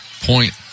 Point